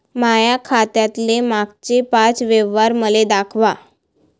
माया खात्यातले मागचे पाच व्यवहार मले दाखवा